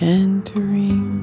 entering